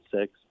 six